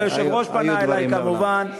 היו דברים מעולם.